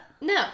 No